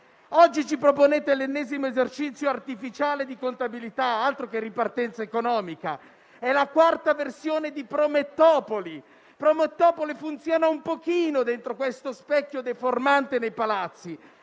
Oggi ci proponete l'ennesimo esercizio artificiale di contabilità, altro che ripartenza economica: è la quarta versione di "promettopoli", che funziona un pochino dentro questo specchio deformante dei Palazzi,